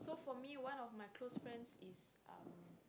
so for me one of close friends is um